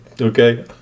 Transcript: okay